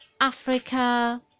Africa